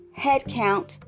headcount